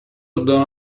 rodin